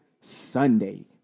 Sunday